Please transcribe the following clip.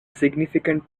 significant